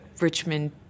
Richmond